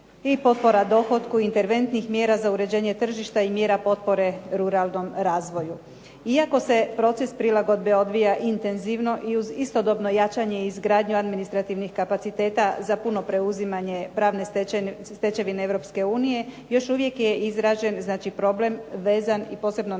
i potpora dohotku interventnih mjera za uređenje tržišta i mjera potpore ruralnom razvoju. Iako se proces prilagodbe odvija intenzivno i uz istodobno jačanje i izgradnju administrativnih kapaciteta za puno preuzimanje pravne stečevine Europske unije. Još uvijek je izražen znači problem vezan i posebno naznačen